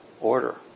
order